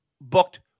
booked